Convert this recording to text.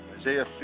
Isaiah